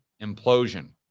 implosion